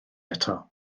eto